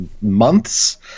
months